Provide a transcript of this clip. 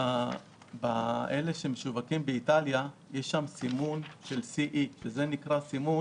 במוצרים שמשווקים באיטליה יש סימון של CE. זה סימון